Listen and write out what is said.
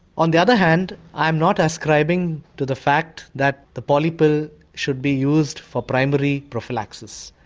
on the other hand i'm not ascribing to the fact that the polypill should be used for primary prophylaxis,